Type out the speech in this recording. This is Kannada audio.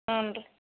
ಹ್ಞೂ ರೀ